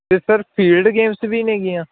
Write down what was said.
ਅਤੇ sir field games ਵੀ ਨੇਗੀਆਂ